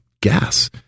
gas